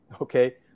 Okay